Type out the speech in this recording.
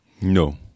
No